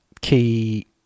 key